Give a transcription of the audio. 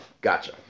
Gotcha